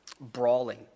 Brawling